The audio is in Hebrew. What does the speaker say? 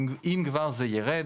אם כבר זה ירד